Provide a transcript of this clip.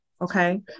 Okay